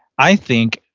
i think,